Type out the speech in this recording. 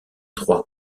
trois